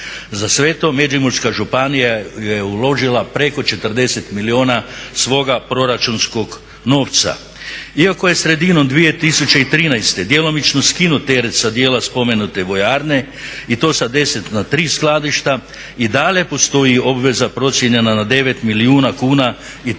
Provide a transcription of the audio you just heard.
za sve to Međimurska županija je uložila preko 40 milijuna svoga proračunskog novca. Iako je sredinom 2013.djelomično skinut … sa dijela spomenute vojarne i to sa 10 na 3 skladišta i dalje postoji obveza procijenjena na 9 milijuna kuna i teret